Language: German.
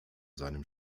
seinem